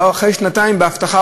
עם הבטחה